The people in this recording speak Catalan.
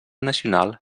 nacional